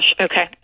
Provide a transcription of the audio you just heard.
Okay